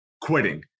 quitting